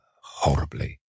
horribly